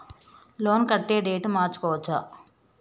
Loan కట్టే date మార్చుకోవచ్చా?